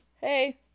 hey